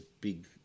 big